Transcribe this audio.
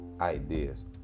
ideas